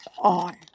on